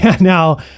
now